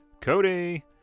Cody